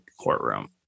courtroom